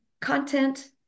content